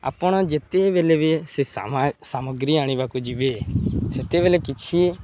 ଆପଣ ଯେତେବେଳେ ବି ସେ ସାମଗ୍ରୀ ଆଣିବାକୁ ଯିବେ ସେତେବେଳେ କିଛି